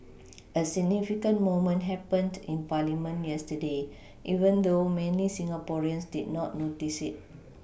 a significant moment happened in parliament yesterday even though many Singaporeans did not notice it